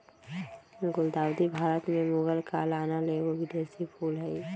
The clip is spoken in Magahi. गुलदाऊदी भारत में मुगल काल आनल एगो विदेशी फूल हइ